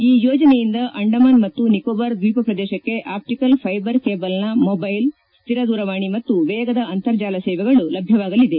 ಈ ಯೋಜನೆಯಿಂದ ಅಂಡಮಾನ್ ಮತ್ತು ನಿಕೋಬಾರ್ ದ್ಲೀಪ ಪ್ರದೇಶಕ್ಕೆ ಆಪ್ಸಿಕಲ್ ಫೈಬರ್ ಕೇಬಲ್ನ ಮೊಬೈಲ್ ಸ್ವಿರ ದೂರವಾಣಿ ಮತ್ತು ವೇಗದ ಅಂತರ್ಜಾಲ ಸೇವೆಗಳು ಲಭ್ಯವಾಗಲಿದೆ